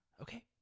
Okay